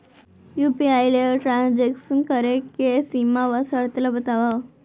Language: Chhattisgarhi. यू.पी.आई ले ट्रांजेक्शन करे के सीमा व शर्त ला बतावव?